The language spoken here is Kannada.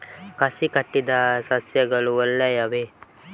ಕಸಿ ಕಟ್ಟಿದ ಸಸ್ಯಗಳು ಒಳ್ಳೆಯವೇ?